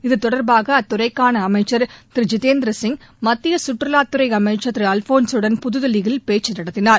இது தொடர்பாக அத்துறைக்கான அமைக்கள் திரு ஜிதேந்திர சிங் மத்திய சுற்றுவாத்துறை அமைக்கள் திரு அல்போன்ஸூடன் புதுதில்லியில் பேச்சு நடத்தினார்